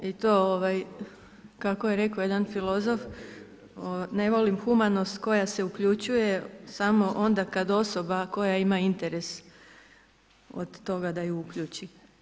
I to kako je rekao jedan filozof ne volim humanost koja se uključuje samo onda kada osoba koja ima interes od toga da ju uključi.